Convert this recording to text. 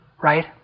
right